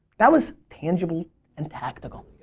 that was tangible and tactical.